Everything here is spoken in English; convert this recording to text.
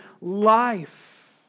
life